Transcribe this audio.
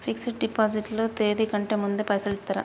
Fix డ్ deposit లో తేది కంటే ముందే పైసలు ఇత్తరా?